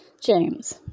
James